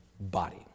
body